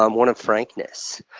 um one of frankness.